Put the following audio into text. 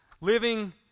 living